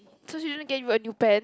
so she didn't get you a new pen